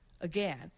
Again